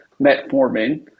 metformin